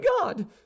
god